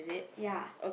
ya